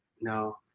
No